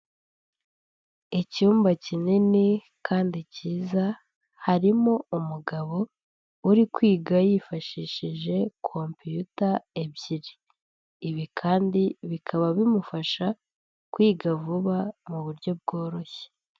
Icyumba kinini kandi cyiza, harimo umugabo uri kwiga yifashishije kompiyuta ebyiri, ibi kandi bikaba bimufasha kwiga vuba mu buryo bworoshye.